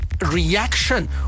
reaction